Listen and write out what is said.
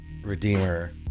Redeemer